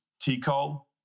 Tico